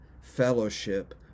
fellowship